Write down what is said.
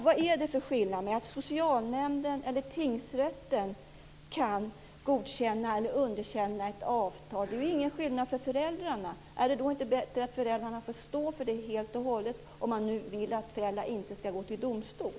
Vad är det för skillnad mellan att socialnämnden respektive tingsrätten kan godkänna eller underkänna ett avtal? Det är ju ingen skillnad för föräldrarna. Är det då inte bättre att föräldrarna får stå för detta helt och hållet, om man nu inte vill att de skall gå till domstol?